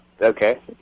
okay